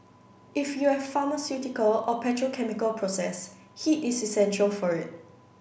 if you have pharmaceutical or petrochemical process heat is essential for it